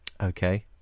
Okay